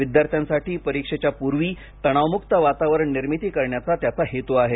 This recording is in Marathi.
विद्यार्थ्यांसाठी परीक्षेच्या पूर्वी तणावमुक्त वातावरण निर्मिती करण्याचा त्याचा हेतू आहे